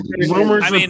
rumors